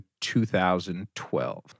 2012